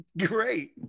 Great